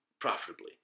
Profitably